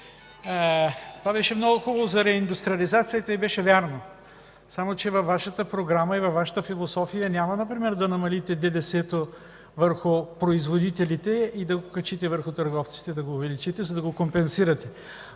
беше много хубаво и беше вярно. Само че във Вашата програма и във Вашата философия няма, например, да намалите ДДС върху производителите и да го качите върху търговците, да го увеличите, за да го компенсирате,